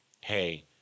hey